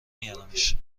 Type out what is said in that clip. میارمش